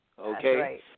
Okay